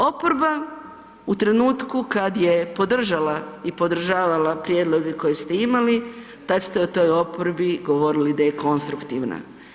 Oporba u trenutku kad je podržala i podržavala prijedloge koje ste imali tad ste o toj oporbi govorili da je konstruktivna.